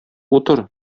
утыр